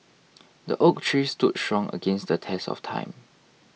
the oak trees stood strong against the test of time